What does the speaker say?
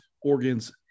organs